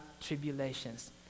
tribulations